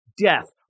death